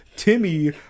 Timmy